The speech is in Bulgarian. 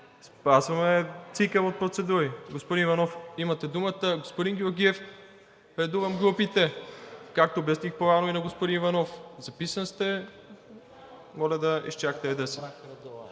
Спазваме цикъл процедури. Господин Иванов, имате думата. Господин Георгиев, редувам групите. Както обясних по-рано и на господин Иванов. Записан сте, моля да изчакате реда си.